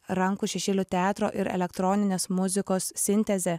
rankų šešėlių teatro ir elektroninės muzikos sintezė